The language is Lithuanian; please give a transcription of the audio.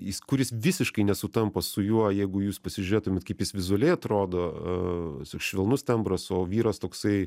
jis kuris visiškai nesutampa su juo jeigu jūs pasižiūrėtumėt kaip jis vizualiai atrodo švelnus tembras o vyras toksai